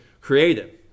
creative